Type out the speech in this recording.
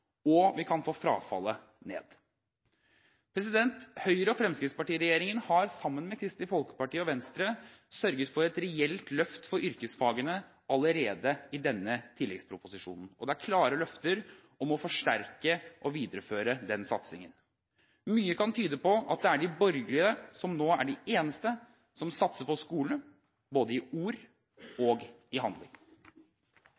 og vi kan få frafallet ned. Høyre–Fremskrittsparti-regjeringen har sammen med Kristelig Folkeparti og Venstre sørget for et reelt løft for yrkesfagene allerede i denne tilleggsproposisjonen, og det er klare løfter om å forsterke og videreføre satsingen. Mye kan tyde på at de borgerlige nå er de eneste som satser på skole, både i ord